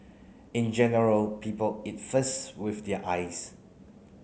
in general people eat first with their eyes